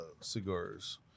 cigars